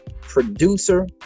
producer